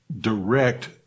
direct